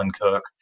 Cook